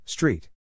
Street